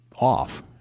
off